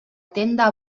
tenda